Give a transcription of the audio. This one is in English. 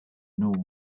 know